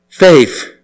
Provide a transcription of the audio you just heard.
faith